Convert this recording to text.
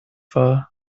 war